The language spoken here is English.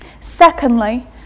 Secondly